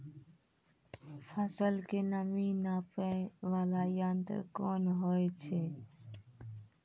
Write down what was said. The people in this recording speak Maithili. फसल के नमी नापैय वाला यंत्र कोन होय छै